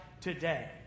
today